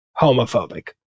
homophobic